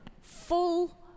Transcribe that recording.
full